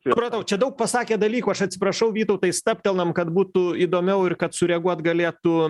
supratau čia daug pasakėt dalykų aš atsiprašau vytautai stabtelnam kad būtų įdomiau ir kad sureaguot galėtų